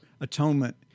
atonement